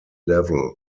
level